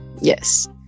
yes